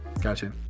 Gotcha